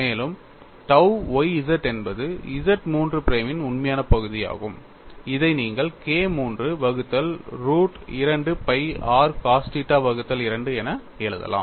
மேலும் tau y z என்பது Z III பிரைமின் உண்மையான பகுதியாகும் இதை நீங்கள் KIII வகுத்தல் root 2 pi r cos theta வகுத்தல் 2 என எழுதலாம்